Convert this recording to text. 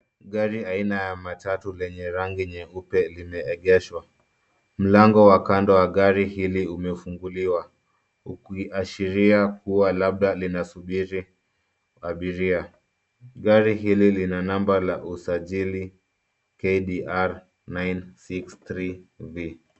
Gari aina ya matatu lenye rangi nyeupe, limeegeshwa. Mlango wa kando wa gari hili umefunguliwa ukiashiria kuwa labda linasubiri abiria. Gari hili lina namba la usajili KDR 963V.